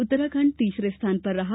उत्तराखंड तीसरे स्थान पर रहा